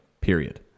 period